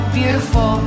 beautiful